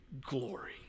glory